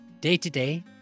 day-to-day